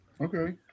Okay